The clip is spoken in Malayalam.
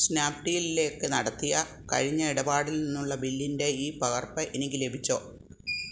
സ്നാപ്ഡീലിലേക്ക് നടത്തിയ കഴിഞ്ഞ ഇടപാടിൽ നിന്നുള്ള ബില്ലിൻ്റെ ഇ പകർപ്പ് എനിക്ക് ലഭിച്ചോ